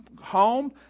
home